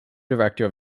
director